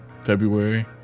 february